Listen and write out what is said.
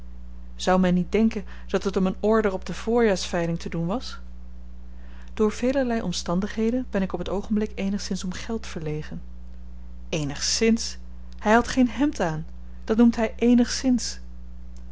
zou men niet denken dat het om een order op de voorjaarsveiling te doen was door velerlei omstandigheden ben ik op t oogenblik eenigszins om geld verlegen eenigszins hy had geen hemd aan dat noemt hy eenigszins